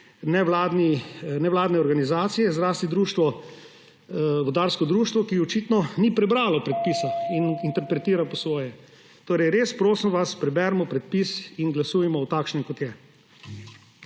nevladne organizacije, vodarsko društvo, ki očitno ni prebralo predpisa in interpretira po svoje. Prosim vas, preberimo predpis in glasujmo o takšnem, kot je.